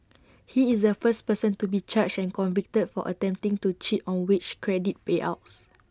he is the first person to be charged and convicted for attempting to cheat on wage credit payouts